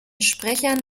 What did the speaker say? sprechern